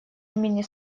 имени